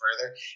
further